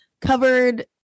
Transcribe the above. covered